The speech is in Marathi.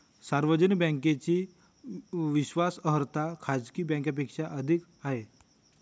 सार्वजनिक बँकेची विश्वासार्हता खाजगी बँकांपेक्षा अधिक आहे